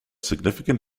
significant